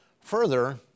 Further